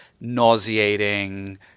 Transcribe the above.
nauseating